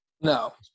no